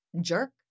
jerk